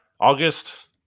August